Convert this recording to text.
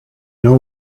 know